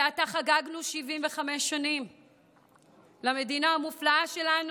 זה עתה חגגנו 75 שנים למדינה המופלאה שלנו,